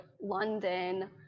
London